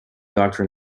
doctor